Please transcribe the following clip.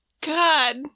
God